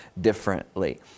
differently